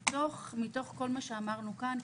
מתוך כל מה שאמרנו כאן,